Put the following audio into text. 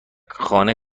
خانه